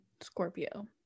Scorpio